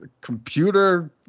computer